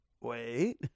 Wait